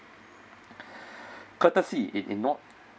courtesy in in not